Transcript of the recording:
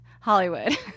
Hollywood